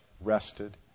rested